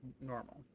normal